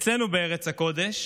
אצלנו בארץ הקודש